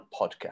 podcast